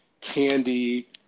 candy